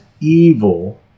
evil